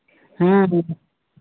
ହୁଁ ହୁଁ